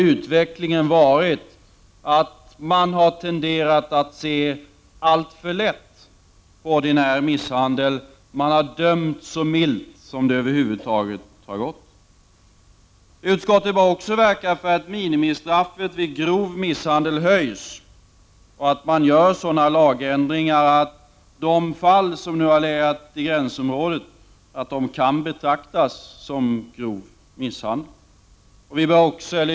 Utvecklingen har ju inneburit att man har tenderat att se alltför lätt på ordinär misshandel, att man har dömt så milt som det över huvud taget har gått. Utskottet bör också verka för att minimistraffet vid grov misshandel höjs, och att man gör sådana lagändringar att de fall som nu har legat i gränsområdet kan betraktas som grov misshandel.